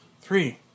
Three